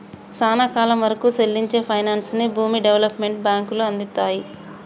సానా కాలం వరకూ సెల్లించే పైనాన్సుని భూమి డెవలప్మెంట్ బాంకులు అందిత్తాయిరా